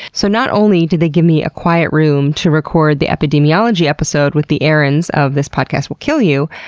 so not only did they give me a quiet room to record the epidemiology episode with the erins of this podcast will kill you,